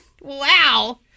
Wow